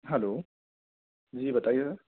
hello جی بتائیے سہ